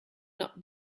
not